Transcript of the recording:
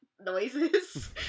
noises